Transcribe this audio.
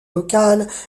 vocales